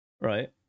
right